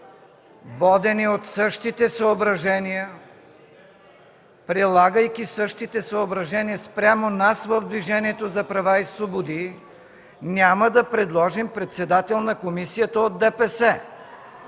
Водени от същите съображения, прилагайки същите съображения спрямо нас – Движението за права и свободи, няма да предложим председател на комисията от ДПС.